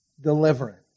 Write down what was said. deliverance